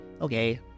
Okay